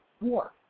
war